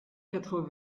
quatre